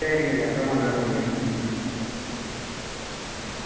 சரிங்கய்யா ரொம்ப நல்லதுங்கய்யா ம் ம்